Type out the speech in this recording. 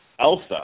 Elsa